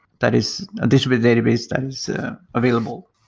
that is a distributed database that is available.